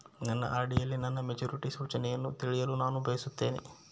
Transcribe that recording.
ನನ್ನ ಆರ್.ಡಿ ಯಲ್ಲಿ ನನ್ನ ಮೆಚುರಿಟಿ ಸೂಚನೆಯನ್ನು ತಿಳಿಯಲು ನಾನು ಬಯಸುತ್ತೇನೆ